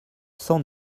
cent